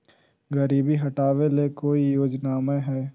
गरीबी हटबे ले कोई योजनामा हय?